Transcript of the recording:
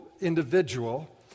individual